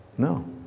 No